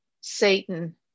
Satan